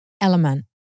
element